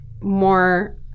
more